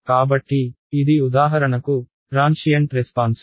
కాబట్టి ఇది ఉదాహరణకు ట్రాన్షియంట్ రెస్పాన్స్లు